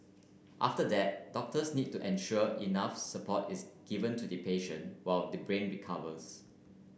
after that doctors need to ensure enough support is given to the patient while the brain recovers